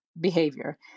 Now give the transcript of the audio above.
behavior